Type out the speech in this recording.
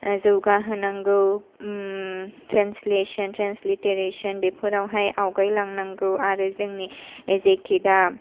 जौगाहोनांगौ translation transliteration बेफोरावहाय आवगाय लांनांगौ आरो जोंनि जेखि दा